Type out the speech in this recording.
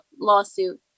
lawsuit